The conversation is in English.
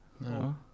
No